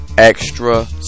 Extra